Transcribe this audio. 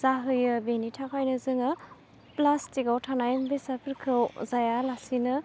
जाहोयो बेनि थाखायनो जोङो प्लाष्टिकआव थानाय बेसादफोरखौ जायालासिनो